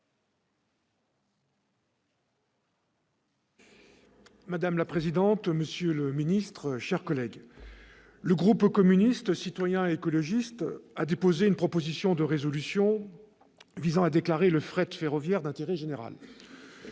Madame la présidente, monsieur le secrétaire d'État, mes chers collègues, le groupe communiste républicain citoyen et écologiste a déposé une proposition de résolution visant à déclarer le fret ferroviaire d'intérêt général.